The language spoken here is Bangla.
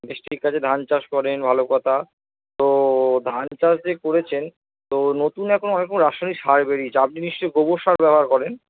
বেশ ঠিক আছে ধান চাষ করেন ভালো কথা তো ধান চাষ যে করেছেন তো নতুন এখন অনেকরকম রাসায়নিক সার বেরিয়েছে আপনি নিশ্চয় গোবর সার ব্যবহার করেন